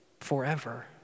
forever